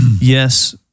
Yes